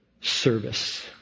service